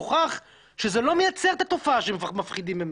הוכח, שזה לא מייצר את התופעה שמפחדים ממנה.